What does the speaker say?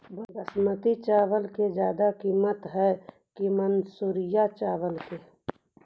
बासमती चावल के ज्यादा किमत है कि मनसुरिया चावल के?